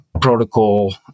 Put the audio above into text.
protocol